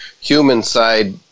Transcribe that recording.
human-side